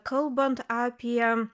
kalbant apie